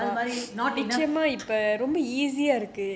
அதுமாரி:athumari not enough